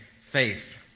faith